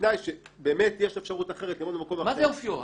בתנאי שבאמת יש אפשרות אחרת ללמוד במקום אחר --- מה זה אופיו?